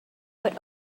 but